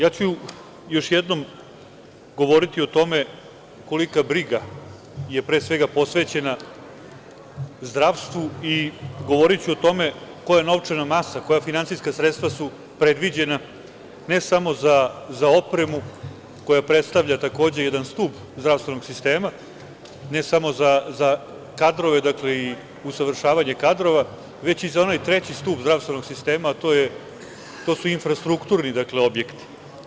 Ja ću još jednom govoriti o tome kolika briga je pre svega posvećena zdravstvu i govoriću o tome koja novčana masa, koja finansijska sredstva su predviđena, ne samo za opremu, koja predstavlja takođe jedan stub zdravstvenog sistema, ne samo za kadrove i usavršavanje kadrova već i za onaj treći stub zdravstvenog sistema, a to su infrastrukturni objekti.